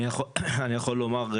אני יכול לומר,